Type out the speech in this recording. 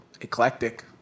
Eclectic